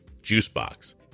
juicebox